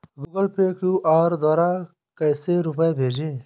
Google Pay QR द्वारा कैसे रूपए भेजें?